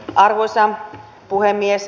arvoisa puhemies